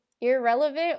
Irrelevant